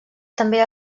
també